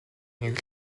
нэг